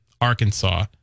Arkansas